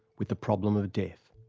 with the problem of death.